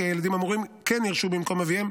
הילדים האמורים כן יירשו במקום אביהם,